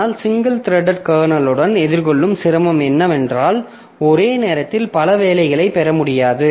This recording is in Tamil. ஆனால் சிங்கிள் த்ரெட்டட் கர்னலுடன் எதிர்கொள்ளும் சிரமம் என்னவென்றால் ஒரே நேரத்தில் பல வேலைகளை பெற முடியாது